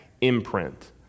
imprint